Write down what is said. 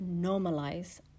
normalize